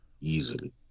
easily